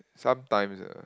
sometimes ah